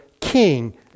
king